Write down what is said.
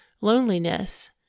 loneliness